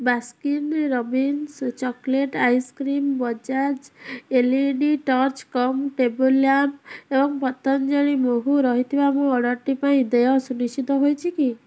Baskin Robbins chocolate ice cream Bajaj L E D torch cum table lamp ଏବଂ ପତଞ୍ଜଳି ମହୁ ରହିଥିବା ମୋ ଅର୍ଡ଼ର୍ଟି ପାଇଁ ଦେୟ ସୁନିଶ୍ଚିତ ହୋଇଛି କି